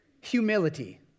Humility